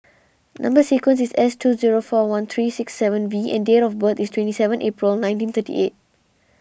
Number Sequence is S two zero four one three six seven V and date of birth is twenty seven April nineteen thirty eight